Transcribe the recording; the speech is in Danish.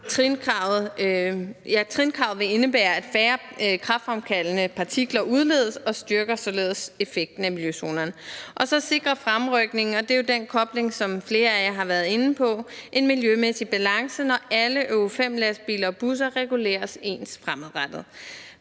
vi har vedtaget det, at færre kræftfremkaldende partikler udledes, og det styrker således effekten af miljøzonerne. Og så sikrer fremrykningen – og det er jo den kobling, som flere af jer har været inde på – en miljømæssig balance, når alle Euro V-lastbiler og -busser reguleres ens fremadrettet.